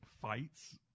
fights